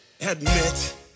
Admit